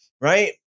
right